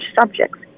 subjects